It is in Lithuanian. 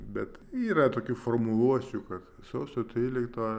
bet yra tokių formuluočių kad sausio tryliktoji